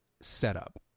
setup